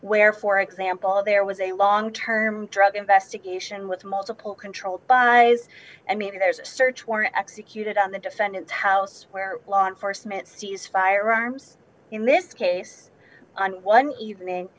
where for example there was a long term drug investigation with multiple controlled by and maybe there's a search warrant executed on the defendant's house where law enforcement seize firearms in this case on one evening